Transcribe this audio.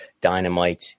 dynamite